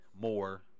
more